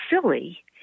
silly